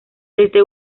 este